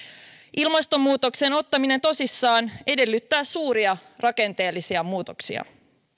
ilmastonmuutoksen ottaminen tosissaan edellyttää suuria rakenteellisia muutoksia